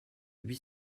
huit